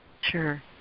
sure